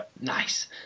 nice